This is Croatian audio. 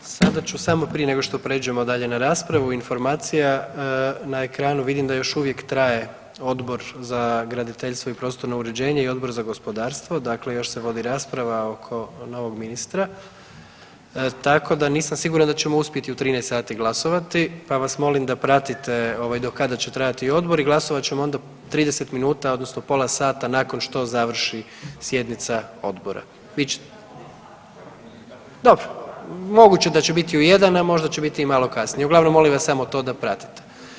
Sada ću samo prije nego što pređemo dalje na raspravu, informacija, na ekranu vidim da još uvijek traje Odbor za graditeljstvo i prostorno uređenje i Odbor za gospodarstvo, dakle još se vodi rasprava oko novog ministra, tako da nisam siguran da ćemo uspjeti u 13 sati glasovati, pa vas molim da pratite ovaj do kada će trajati odbor i glasovat ćemo onda 30 minuta odnosno pola sata nakon što završi sjednica odbora. … [[Upadica iz klupe se ne razumije]] Dobro, moguće da će biti u jedan, a možda će biti i malo kasnije, uglavnom molim vas samo to da pratite.